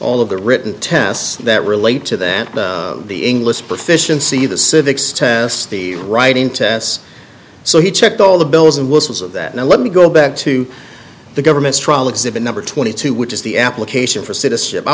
all of the written tests that relate to that the english proficiency the civics tests the writing tests so he checked all the bells and whistles of that now let me go back to the government's trial exhibit number twenty two which is the application for citizenship i